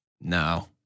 No